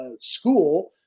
school